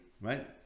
right